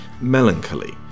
melancholy